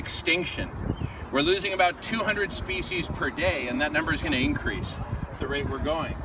extinction we're losing about two hundred species per day and that number is going to increase the rate we're going